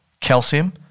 calcium